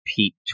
Pete